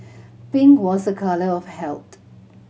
pink was a colour of health